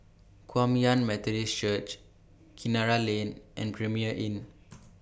Kum Yan Methodist Church Kinara Lane and Premier Inn